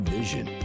vision